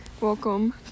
welcome